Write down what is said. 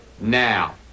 Now